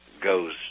goes